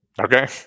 Okay